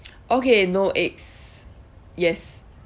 okay no eggs yes